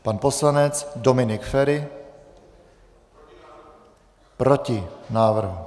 Pan poslanec Dominik Feri: Proti návrhu.